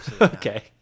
okay